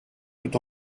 tout